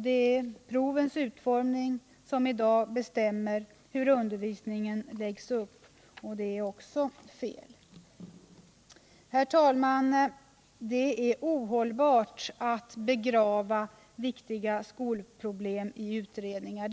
Det är provens utformning som i dag bestämmer hur undervisningen läggs upp, och det är också fel. Herr talman! Det är ohållbart att begrava viktiga skolproblem i utredningar.